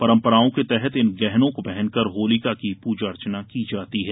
परंपराओं के तहत इन गहनों को पहनकर होलिका की पूजा अर्चना की जाती है